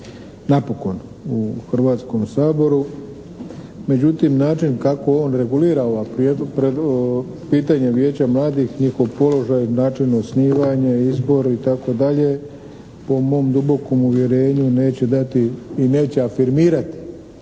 napokon u Hrvatskom saboru. Međutim, način kako on regulira ovaj pitanje vijeća mladih, njihov položaj, način osnivanja, izbor, itd. po mom dubokom uvjerenju neće dati i neće afirmirati